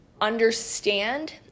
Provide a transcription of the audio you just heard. understand